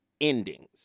endings